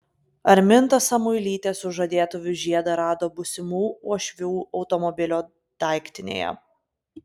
arminta samuilytė sužadėtuvių žiedą rado būsimų uošvių automobilio daiktinėje